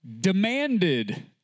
demanded